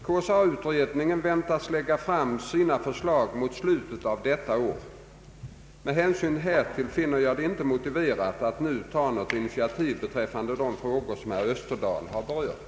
KSA-utredningen väntas lägga fram sina förslag mot slutet av detta år. Med hänsyn härtill finner jag inte motiverat att nu ta något initiativ beträffande de frågor som herr Österdahl har berört.